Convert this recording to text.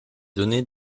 données